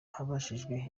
abajijwe